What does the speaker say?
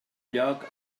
lloc